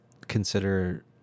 consider